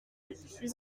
ils